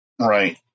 Right